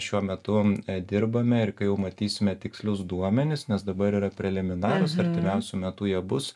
šiuo metu dirbame ir kai jau matysime tikslius duomenis nes dabar yra preliminarūs artimiausiu metu jie bus